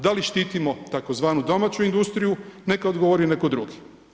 Da li štitimo tzv. domaću industriju, neka odgovori neko drugi.